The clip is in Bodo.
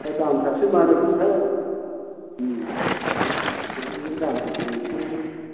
दा दामफोरासो मा रोखोमथाय बिदिनो दामफोरखौ एसे